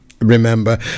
remember